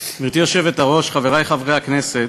היושבת-ראש, חברי חברי הכנסת,